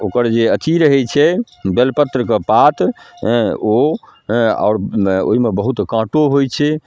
ओकर जे अथी रहै छै बेलपत्रके पात हेँ ओ हेँ आओर ओहिमे बहुत काँटो होइ छै